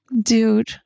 dude